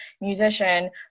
musician